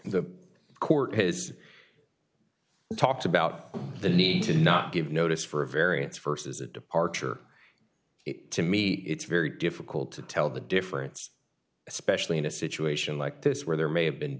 the court has talked about the need to not give notice for a variance versus a departure to me it's very difficult to tell the difference especially in a situation like this where there may have been